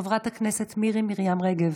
חברת הכנסת מירי מרים רגב,